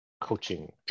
coaching